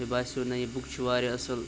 مےٚ باسیو نَہ یہِ بُک چھِ واریاہ اَصٕل